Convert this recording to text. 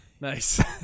Nice